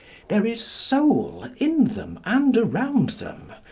there is soul in them and around them.